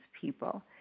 people